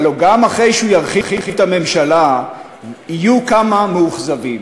הלוא גם אחרי שהוא ירחיב את הממשלה יהיו כמה מאוכזבים,